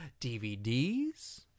DVDs